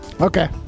Okay